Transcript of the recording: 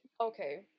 okay